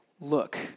look